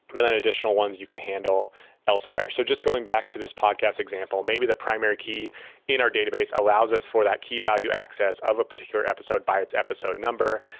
and then additional ones you can handle elsewhere. so just going back to this podcast example, maybe the primary key in our database allows us for that keyvalue access of a particular episode by its episode number.